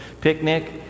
picnic